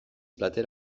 plater